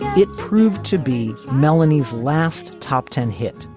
it proved to be melanie's last top ten hit.